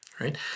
right